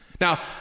Now